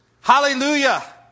Hallelujah